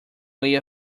way